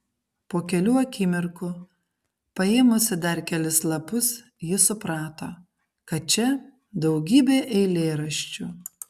po kelių akimirkų paėmusi dar kelis lapus ji suprato kad čia daugybė eilėraščių